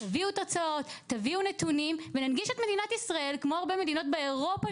תביאו נתונים וננגיש את מדינת ישראל כמו הרבה מדינות באירופה,